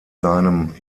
seinem